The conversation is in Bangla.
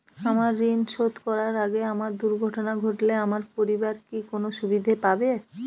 আমার ঋণ শোধ করার আগে আমার দুর্ঘটনা ঘটলে আমার পরিবার কি কোনো সুবিধে পাবে?